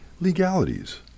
legalities